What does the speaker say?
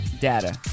data